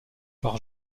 par